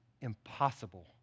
impossible